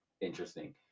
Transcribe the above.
interesting